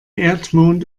erdmond